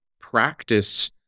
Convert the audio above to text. practice